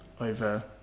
over